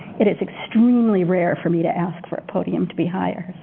it is extremely rare for me to ask for a podium to be higher.